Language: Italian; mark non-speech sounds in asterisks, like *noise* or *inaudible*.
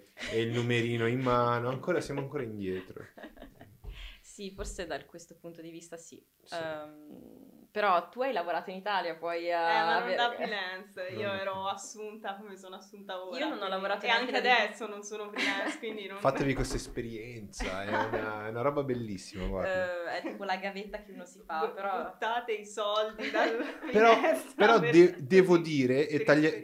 *laughs* E il numerino in mano, ancora siamo ancora indietro. *laughs* Sì, forse dal questo punto di vista sì. Sì. Ehm, però tu hai lavorato in Italia, puoi, Eh, ma eh, non avere- da freelance, io Non da ero freelance. assunta come sono assunta ora, Io non ho quindi- lavorato e neanche anche da- adesso non sono freelance, *laughs* quindi non- Fatevi questa esperienza, è una- è una roba bellissima, guarda. *laughs* Eh, è tipo la gavetta che uno si fa, Bu- però- buttate i soldi dalla finestra. *laughs* Però- però *laughs* per- de- devo così. dire, *laughs* e Per tagli- questo-